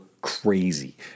crazy